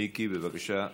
מיקי, בבקשה.